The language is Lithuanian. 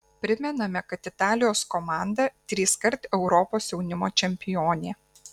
primename kad italijos komanda triskart europos jaunimo čempionė